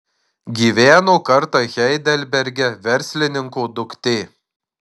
gyveno kartą heidelberge verslininko duktė